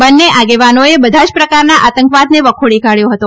બંને આગેવાનોએ બધા જ પ્રકારના આતંકવાદને વખોડી કાઢ્યો હતો